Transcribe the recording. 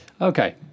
Okay